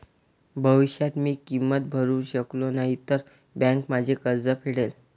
भविष्यात मी किंमत भरू शकलो नाही तर बँक माझे कर्ज फेडेल